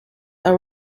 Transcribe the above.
are